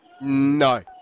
No